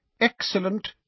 Excellent